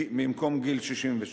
במקום גיל 62,